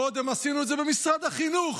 קודם עשינו את זה במשרד החינוך,